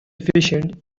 efficient